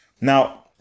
Now